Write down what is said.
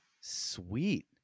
Sweet